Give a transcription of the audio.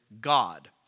God